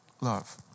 love